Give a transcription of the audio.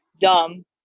dumb